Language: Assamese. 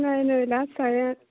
নাই নাই লাষ্ট চাৰে আঠ